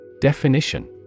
Definition